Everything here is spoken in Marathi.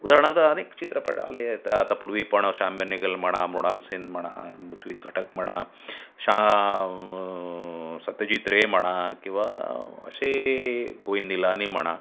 उदाहरणार्थ अनेक चित्रपट आले येतात आता पूर्वी पण श्याम बेनेगल म्हणा मृणाल सेन म्हणा ऋत्विक घटक म्हणा श्याम सत्यजित रे म्हणा किंवा असे गोविंद निलानी म्हणा